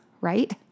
right